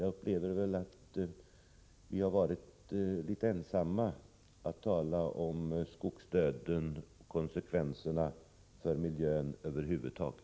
Jag upplever det som att vi har varit ensamma om att tala om skogsdöden och konsekvenserna för miljön över huvud taget.